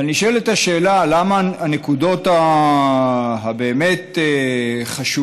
אבל נשאלת השאלה למה חלק מהנקודות החשובות